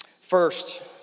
First